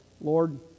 Lord